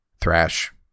thrash